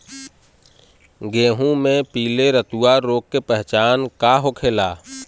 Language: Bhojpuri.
गेहूँ में पिले रतुआ रोग के पहचान का होखेला?